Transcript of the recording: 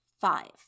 Five